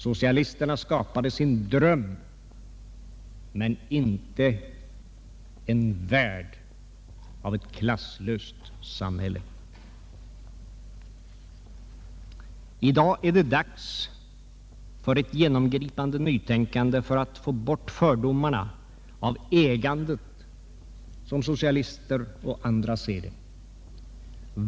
Socialisterna skapade sin dröm — men inte en värld — av ett klasslöst samhälle. I dag är det dags för ett genomgripande nytänkande för att få bort fördomarna om ägandet som socialister och andra ser det.